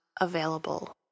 available